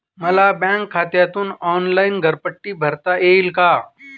मला बँक खात्यातून ऑनलाइन घरपट्टी भरता येईल का?